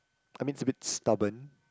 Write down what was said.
I mean is a bit stubborn